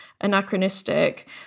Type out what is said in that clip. anachronistic